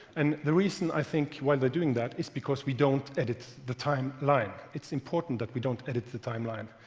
and the reason i think why they're doing that is because we don't edit the timeline. it's important that we don't edit the timeline,